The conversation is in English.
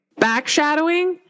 Backshadowing